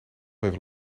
even